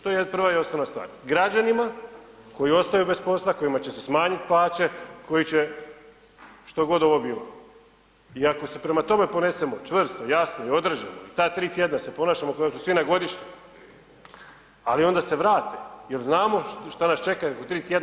To je prva i osnovna stvar građanima koji ostaju bez posla, kojima će se smanjiti plaće, koji će što god ovo bilo i ako se prema tome ponesemo čvrsto, jasno i određeno ta tri tjedna se ponašamo kao da su svi na godišnjem, ali onda se vrate jer znamo što nas čeka u tri tjedna.